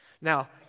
Now